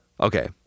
Okay